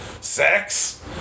sex